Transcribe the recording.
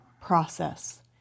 process